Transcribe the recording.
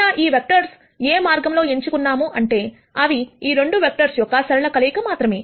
అయినా ఈ వెక్టర్స్ ఏ మార్గంలో ఎంచుకున్నామంటేఅవి ఈ 2 వెక్టర్స్ యొక్క సరళ కలయిక మాత్రమే